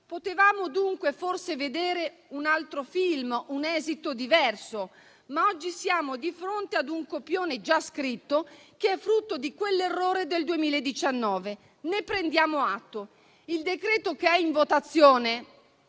Potevamo forse vedere dunque un altro film, con un esito diverso, ma oggi siamo di fronte ad un copione già scritto, che è frutto di quell'errore del 2019. Ne prendiamo atto. Il decreto-legge in votazione